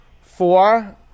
four